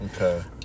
Okay